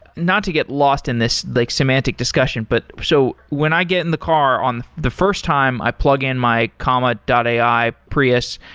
not to get lost in this like semantic discussion, but so when i get in the car on the first time i plug in my comma ai prius,